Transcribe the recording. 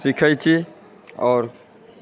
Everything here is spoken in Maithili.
सिखै छी आओर